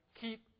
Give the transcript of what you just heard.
keep